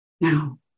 now